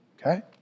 okay